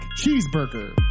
Cheeseburger